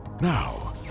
Now